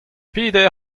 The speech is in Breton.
peder